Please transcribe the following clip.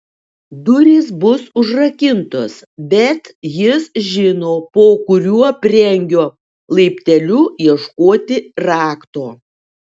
durys bus užrakintos bet jis žino po kuriuo prieangio laipteliu ieškoti rakto